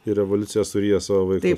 ir revoliucija suryja savo vaikus